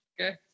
Okay